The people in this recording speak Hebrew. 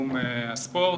בתחום הספורט.